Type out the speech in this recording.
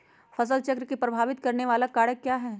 फसल चक्र को प्रभावित करने वाले कारक क्या है?